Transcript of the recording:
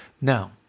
Now